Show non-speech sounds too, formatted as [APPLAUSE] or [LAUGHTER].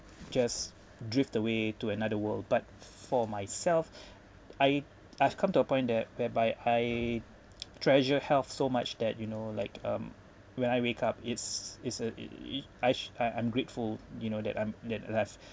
just drift away to another world but for myself I I've come to a point that whereby I treasure health so much that you know like um when I wake up it's is a [NOISE] I I'm grateful you know that I'm that alive